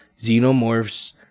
xenomorphs